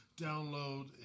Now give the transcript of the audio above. download